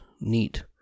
Neat